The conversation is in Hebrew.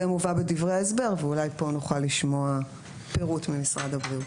זה מובא בדברי ההסבר ואולי פה נוכל לשמוע פירוט ממשרד הבריאות.